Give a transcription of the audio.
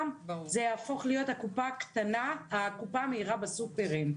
זה יהפוך להיות הקופה המהירה בסופרים.